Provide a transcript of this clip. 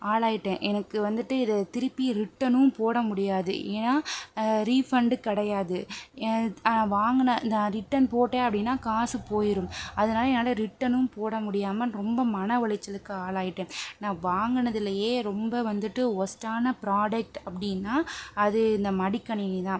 ஆளாயிட்டேன் எனக்கு வந்துட்டு இத திருப்பி ரிட்டனு போட முடியாது ஏன்னால் ரீஃபண்ட் கிடையாது வாங்குன நான் ரிட்டன் போட்டேன் அப்படின்னா காசு போயிடும் அதனால் என்னால் ரிட்டனு போட முடியாமல் ரொம்ப மன உளைச்சலுக்கு ஆளாயிட்டேன் நான் வாங்கினதுலையே ரொம்ப வந்துட்டு ஒஸ்ட்டான ப்ரொடெக்ட் அப்படின்னா அது இந்த மடிக்கணினி தான்